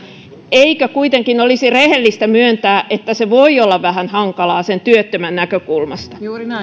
eikö kuitenkin olisi rehellistä myöntää että se voi olla vähän hankalaa sen työttömän näkökulmasta